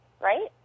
right